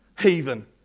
heathen